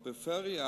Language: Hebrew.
בפריפריה,